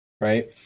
right